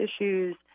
issues